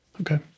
Okay